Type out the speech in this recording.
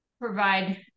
provide